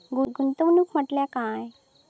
गुंतवणूक म्हटल्या काय?